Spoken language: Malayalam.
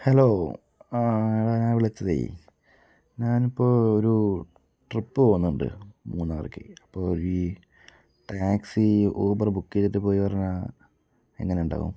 ഹലോ ആ എടാ ഞാൻ വിളിച്ചതേ ഞാൻ ഇപ്പോൾ ഒരു ട്രിപ്പ് പോവുന്നുണ്ട് മൂന്നാറിലേക്ക് അപ്പോൾ ഈ ടാക്സി യൂബർ ബുക്ക് ചെയ്തിട്ട് പോയി പറഞ്ഞ എങ്ങനെ ഉണ്ടാകും